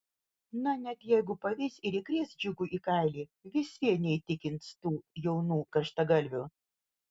na net jeigu pavys ir įkrės džiugui į kailį vis vien neįtikins tų jaunų karštagalvių